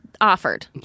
offered